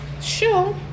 sure